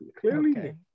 Clearly